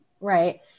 right